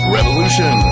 Revolution